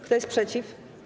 Kto jest przeciw?